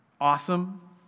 Awesome